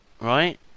Right